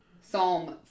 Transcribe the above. Psalm